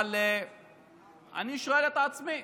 אבל אני שואל את עצמי,